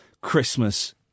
Christmas